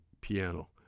piano